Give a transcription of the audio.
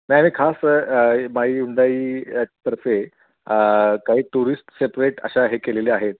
नाही आही खास माई हुंडाई तर्फे काही टुरिस्ट सेपरेट अशा हे केलेले आहेत